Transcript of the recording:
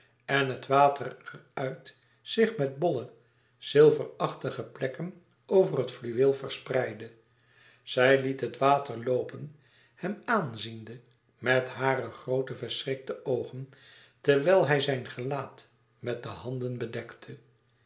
en het water er uit zich met bolle zilverachtige plekken over het fluweel verspreidde zij liet het water loopen hem aanziende met hare groote verschrikte oogen terwijl hij zijn gelaat met de handen bedekte